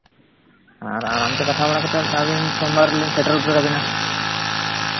ᱟᱨ ᱟᱨᱟᱢ ᱛᱮ ᱠᱟᱛᱷᱟ ᱵᱟᱲᱟ ᱠᱟᱛᱮᱫ ᱟᱹᱵᱤᱱ ᱥᱳᱢᱵᱟᱨ ᱞᱤᱧ ᱥᱮᱴᱮᱨ ᱦᱚᱴᱚ ᱟᱵᱮᱱᱟ